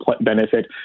benefit